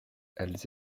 elles